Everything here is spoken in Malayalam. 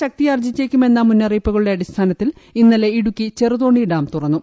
ശക്തിയാർജ്ജിച്ചേക്കുമെന്ന മുന്നറിയിപ്പുകളുടെ മഴ അടിസ്ഥാനത്തിൽ ഇന്നലെ ഇടുക്കി ചെറുതോണി ഡാം തുറന്നു